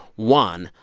one,